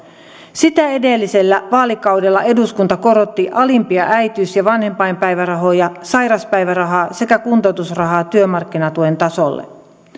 sitä edellisellä vaalikaudella eduskunta korotti alimpia äitiys ja vanhempainpäivärahoja sairauspäivärahaa sekä kuntoutusrahaa työmarkkinatuen tasolle